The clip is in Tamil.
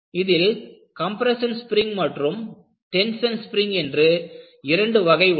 இதில் கம்பிரஷன் ஸ்பிரிங் மற்றும் டென்ஷன் ஸ்பிரிங் என்று இரண்டு வகை உள்ளது